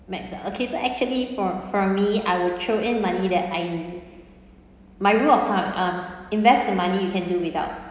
max ah okay so actually for for me I will throw in money that I my rule of thumb um invest the money you can do without